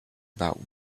about